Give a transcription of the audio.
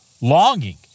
longing